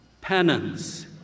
penance